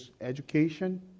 education